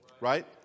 right